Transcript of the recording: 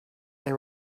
they